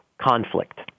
conflict